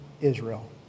Israel